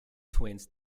twins